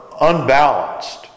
unbalanced